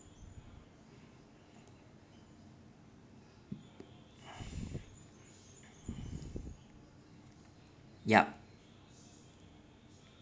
yup